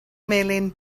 melyn